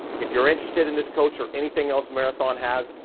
if you're interested in this coach or anything else marathon has,